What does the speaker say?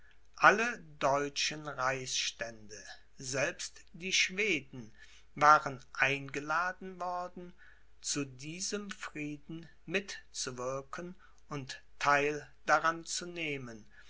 alle deutschen reichsstände selbst die schweden waren eingeladen worden zu diesem frieden mitzuwirken und theil daran zu nehmen